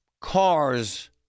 cars